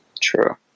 True